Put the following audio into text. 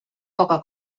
poca